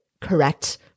correct